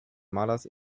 malers